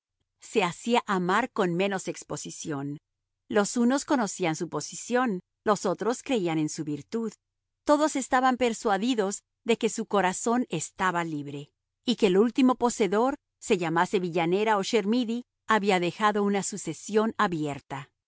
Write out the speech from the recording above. se hacía amar con menos exposición los unos conocían su posición los otros creían en su virtud todos estaban persuadidos de que su corazón estaba libre y que el último poseedor se llamase villanera o chermidy había dejado una sucesión abierta